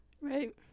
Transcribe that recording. right